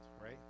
right